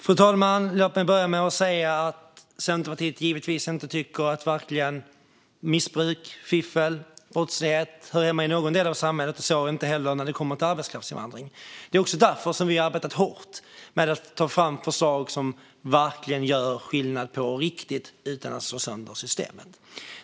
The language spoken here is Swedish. Fru talman! Låt mig börja med att säga att Centerpartiet givetvis inte tycker att vare sig missbruk, fiffel eller brottslighet hör hemma i någon del av samhället, så inte heller när det kommer till arbetskraftsinvandring. Det är också därför som vi har arbetat hårt med att ta fram förslag som verkligen gör skillnad på riktigt utan att slå sönder systemet.